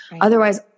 Otherwise